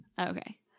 Okay